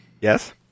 Yes